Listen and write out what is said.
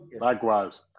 Likewise